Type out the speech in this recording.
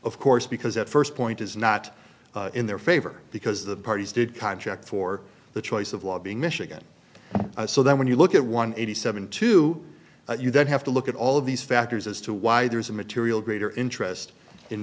of course because that first point is not in their favor because the parties did contract for the choice of lobbying michigan so that when you look at one eighty seven two you don't have to look at all of these factors as to why there's a material greater interest in